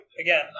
Again